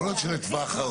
יכול להיות שלטווח ארוך,